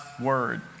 word